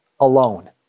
alone